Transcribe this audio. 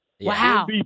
Wow